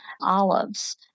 olives